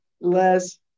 less